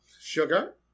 Sugar